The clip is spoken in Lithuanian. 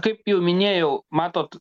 kaip jau minėjau matot